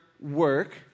work